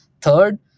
Third